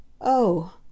Oh